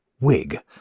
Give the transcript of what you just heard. wig